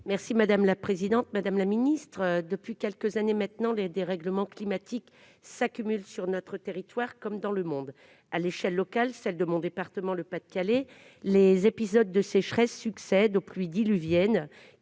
ministre de la transition écologique. Depuis quelques années maintenant, les dérèglements climatiques s'accumulent sur notre territoire, comme dans le monde. À l'échelle locale, celle de mon département du Pas-de-Calais, les épisodes de sécheresse succèdent aux pluies diluviennes,